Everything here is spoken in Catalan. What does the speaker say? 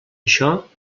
això